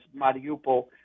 Mariupol